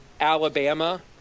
alabama